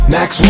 Max